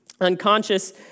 unconscious